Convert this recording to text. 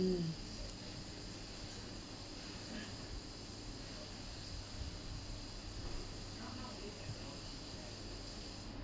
mm